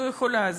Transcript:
לא יכולה,